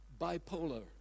bipolar